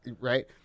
right